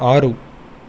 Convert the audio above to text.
ఆరు